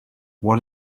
what